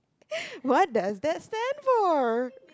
what does that stand for